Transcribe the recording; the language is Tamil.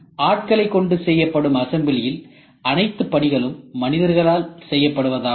ஆட்களை கொண்டு செய்யப்படும் அசம்பிளியில் அனைத்து பணிகளும் மனிதர்களால் செய்யப்படுவதாகும்